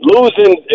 Losing